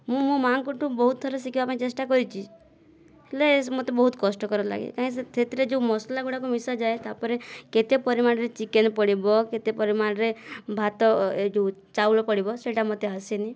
ମୁଁ ମୋ ମାଆଙ୍କଠୁ ବହୁତ ଥର ଶିଖିବା ପାଇଁ ଚେଷ୍ଟା କରିଛି ହେଲେ ମୋତେ ବହୁତ କଷ୍ଟକର ଲାଗେ କାହିଁକି ସେଥିରେ ସେ ଯେଉଁ ମସଲା ଗୁଡ଼ାକ ମିଶାଯାଏ ତା ପରେ କେତେ ପରିମାଣରେ ଚିକେନ ପଡ଼ିବ କେତେ ପରିମାଣରେ ଭାତ ଏ ଯେଉଁ ଚାଉଳ ପଡ଼ିବ ସେଟା ମୋତେ ଆସେନି